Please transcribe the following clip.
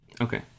Okay